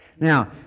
Now